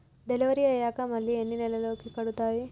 Delivery అయ్యాక మళ్ళీ ఎన్ని నెలలకి కడుతాయి?